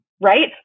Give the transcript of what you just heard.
Right